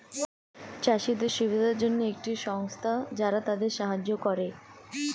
চাষীদের সুবিধার জন্যে একটি সংস্থা যারা তাদের সাহায্য করে